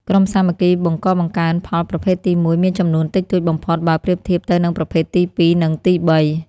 ក្រុមសាមគ្គីបង្កបង្កើនផលប្រភេទទី១ មានចំនួនតិចតួចបំផុត បើប្រៀបធៀបទៅនឹងប្រភេទទី២ និងទី៣។